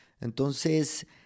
Entonces